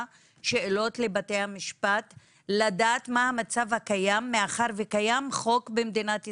שאלות לבתי המשפט לדעת מה המצב הקיים מאחר שקיים חוק במדינת ישראל,